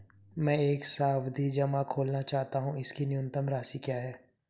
मैं एक सावधि जमा खोलना चाहता हूं इसकी न्यूनतम राशि क्या है?